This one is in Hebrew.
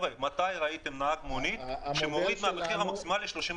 מתי ראיתם נהג מונית שמוריד מהמחיר המקסימלי 30%,